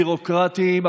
ביורוקרטיים,